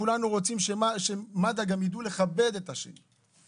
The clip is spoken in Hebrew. כולנו רוצים שמד"א יידעו גם לכבד את השני.